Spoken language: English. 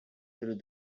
through